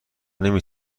نمی